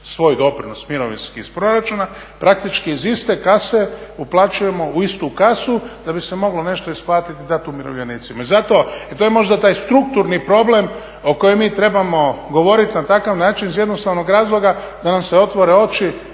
svoj doprinos mirovinski iz proračuna, praktički iz iste kase uplaćujemo u istu kasu da bi se moglo nešto isplatiti i dati umirovljenicima. Zato, i to je možda taj strukturni problem o kojem mi trebamo govoriti na takav način iz jednostavnog razloga da nam se otvore oči,